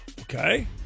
Okay